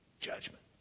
Judgment